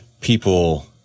people